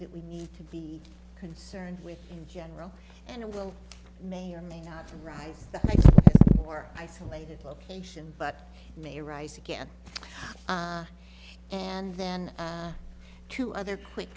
that we need to be concerned with in general and it will may or may not rise or isolated location but may arise again and then two other quick